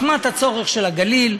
מחמת הצורך של הגליל,